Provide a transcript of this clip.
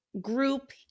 group